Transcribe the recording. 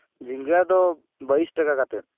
ᱡᱷᱤᱸᱜᱟᱹ ᱫᱚ ᱵᱟᱭᱤᱥ ᱴᱟᱠᱟ ᱠᱟᱛᱮᱫ